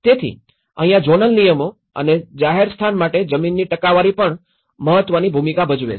તેથી અહીંયા ઝોનલ નિયમો અને જાહેર સ્થાન માટે જમીનની ટકાવારી પણ મહત્વની ભૂમિકા ભજવે છે